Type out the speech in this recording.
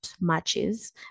matches